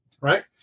Right